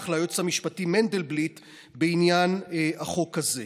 ליועץ המשפטי מנדלבליט בעניין החוק הזה.